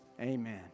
Amen